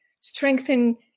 Strengthen